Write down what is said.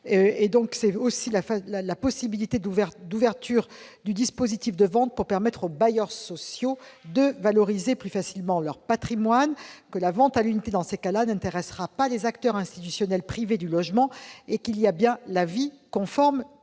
de quinze ans. Cette ouverture du dispositif de vente permettra aux bailleurs sociaux de valoriser plus facilement leur patrimoine. La vente à l'unité, dans ce cas, n'intéressera pas les acteurs institutionnels privés du logement. J'ajoute que l'avis conforme